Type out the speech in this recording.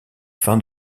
fin